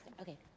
Okay